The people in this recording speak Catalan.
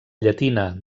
llatina